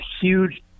huge